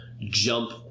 jump